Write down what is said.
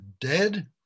dead